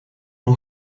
اون